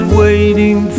waiting